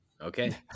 Okay